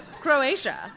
Croatia